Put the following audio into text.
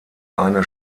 eine